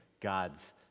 God's